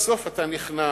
ובסוף אתה נכנע,